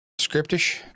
scriptish